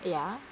ya